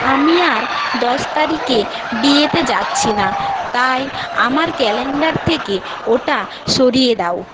আমি আর দশ তারিখে বিয়েতে যাচ্ছি না তাই আমার ক্যালেন্ডার থেকে ওটা সরিয়ে দাও